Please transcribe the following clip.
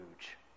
huge